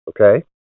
Okay